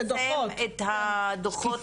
לפרסם את הדוחות.